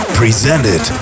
presented